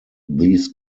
these